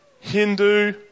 Hindu